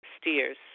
steers